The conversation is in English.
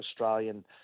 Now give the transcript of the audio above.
Australian